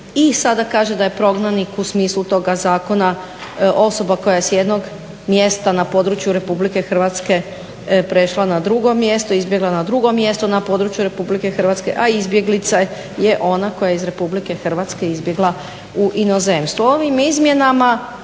i sada kaže da je prognanik u smislu toga zakona osoba koja je s jednog mjesta na području Republike Hrvatske prešla na drugo mjesto, izbjegla na drugo mjesto na području Republike Hrvatske, a izbjeglica je ona koja je iz Republike Hrvatske izbjegla u inozemstvo.